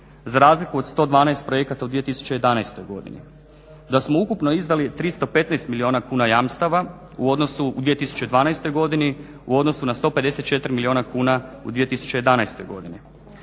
za razliku od 112 projekata u 2011. godini, da smo ukupno izdali 315 milijuna kuna jamstava u 2012. godini u odnosu na 154 milijuna kuna u 2011. godini.